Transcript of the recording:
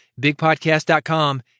Bigpodcast.com